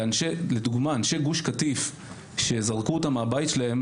לדוגמה אנשי גוש קטיף שזרקו אותם מהבית שלהם